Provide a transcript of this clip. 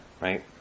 right